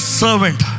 servant